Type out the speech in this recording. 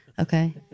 Okay